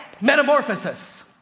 Metamorphosis